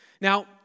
Now